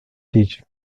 teacher